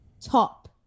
top